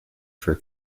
for